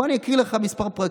בוא אני אקריא לך כמה פרקים.